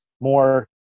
more